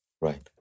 Right